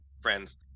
friends